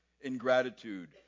ingratitude